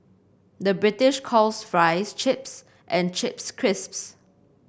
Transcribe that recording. the British calls fries chips and chips crisps